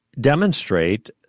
demonstrate